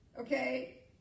Okay